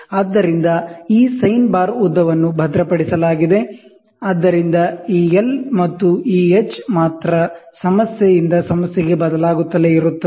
ಆದ್ದರಿಂದ ಈ sine bar ಉದ್ದವನ್ನು ಭದ್ರ ಪಡಿಸಲಾಗಿದೆ ಆದ್ದರಿಂದ ಈ ಎಲ್ ಮತ್ತು ಈ ಎಚ್ ಮಾತ್ರ ಸಮಸ್ಯೆಯಿಂದ ಸಮಸ್ಯೆಗೆ ಬದಲಾಗುತ್ತಲೇ ಇರುತ್ತದೆ